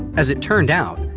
as it turned out,